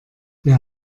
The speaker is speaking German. wer